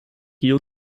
rio